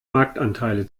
marktanteile